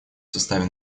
составе